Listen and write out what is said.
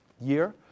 year